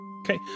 Okay